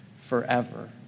forever